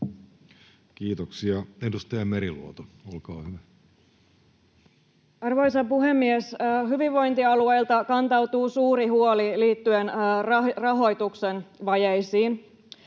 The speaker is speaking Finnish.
Kiitoksia. — Edustaja Meriluoto, olkaa hyvä. Arvoisa puhemies! Hyvinvointialueilta kantautuu suuri huoli liittyen rahoituksen vajeisiin.